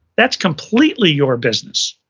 that's completely your business.